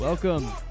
Welcome